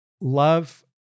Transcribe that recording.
love